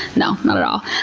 no, not at all.